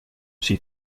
she